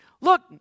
Look